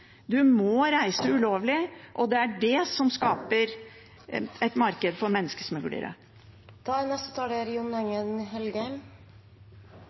må reise ulovlig, og det er det som skaper et marked for menneskesmuglere. Det er